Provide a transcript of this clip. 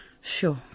Sure